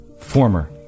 former